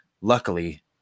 Luckily